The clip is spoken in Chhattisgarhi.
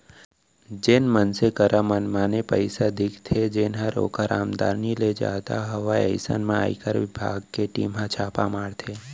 जेन मनसे करा मनमाने पइसा दिखथे जेनहर ओकर आमदनी ले जादा हवय अइसन म आयकर बिभाग के टीम हर छापा मारथे